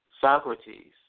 Socrates